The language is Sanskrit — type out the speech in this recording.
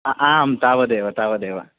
आं तावदेव तावदेव